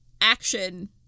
action